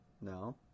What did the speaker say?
No